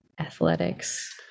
Athletics